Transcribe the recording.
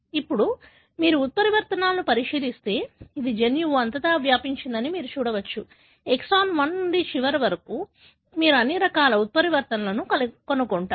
ఇప్పుడు మీరు ఉత్పరివర్తనాలను పరిశీలిస్తే అది జన్యువు అంతటా వ్యాపించిందని మీరు చూడవచ్చు ఎక్సాన్ 1 నుండి చివరి వరకు మీరు అన్ని రకాల ఉత్పరివర్తనాలను కనుగొంటారు